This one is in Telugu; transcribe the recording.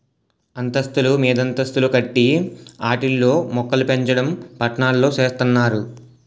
అంతస్తులు మీదంతస్తులు కట్టి ఆటిల్లో మోక్కలుపెంచడం పట్నాల్లో సేత్తన్నారు